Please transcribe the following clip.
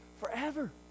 forever